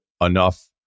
enough